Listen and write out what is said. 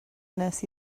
nes